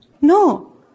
No